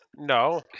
No